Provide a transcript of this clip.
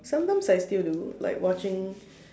sometimes I still do like watching